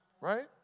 Right